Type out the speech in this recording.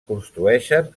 construeixen